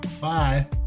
Bye